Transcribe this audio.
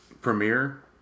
premiere